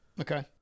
Okay